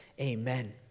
Amen